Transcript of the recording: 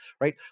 right